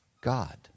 God